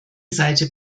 seite